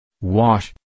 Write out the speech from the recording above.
Wash